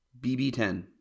BB10